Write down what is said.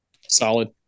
Solid